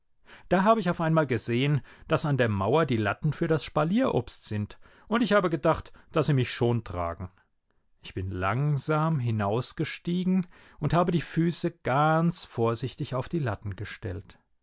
da habe ich auf einmal gesehen daß an der mauer die latten für das spalierobst sind und ich habe gedacht daß sie mich schon tragen ich bin langsam hinausgestiegen und habe die füße ganz vorsichtig auf die latten gestellt